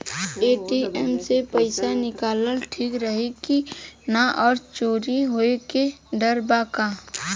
ATM से पईसा निकालल ठीक रही की ना और चोरी होये के डर बा का?